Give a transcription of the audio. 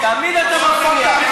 תמיד אתה מפריע.